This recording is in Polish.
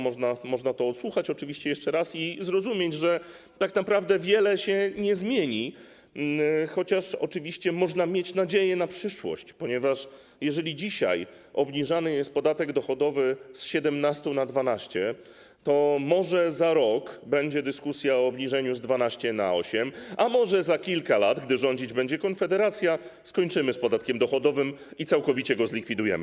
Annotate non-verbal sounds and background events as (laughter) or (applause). Można to odsłuchać oczywiście jeszcze raz i zrozumieć, że tak naprawdę wiele się nie zmieni, chociaż oczywiście można mieć nadzieję na przyszłość, ponieważ jeżeli dzisiaj obniżany jest podatek dochodowy z 17% na 12%, to może za rok będzie dyskusja o obniżeniu z 12% na 8%, a może za kilka lat, gdy rządzić będzie Konfederacja, skończymy z (noise) podatkiem dochodowym i całkowicie go zlikwidujemy.